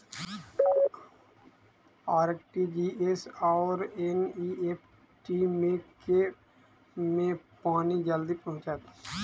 RTGS आओर NEFT मे केँ मे पानि जल्दी पहुँचत